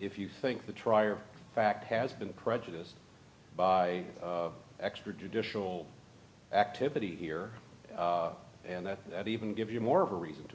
if you think the trier of fact has been prejudiced by extrajudicial activity here and that that even give you more of a reason to